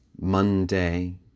Monday